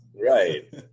Right